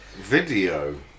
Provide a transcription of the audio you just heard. Video